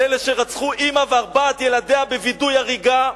על אלה שרצחו אמא וארבעת ילדיה בווידוא הריגה,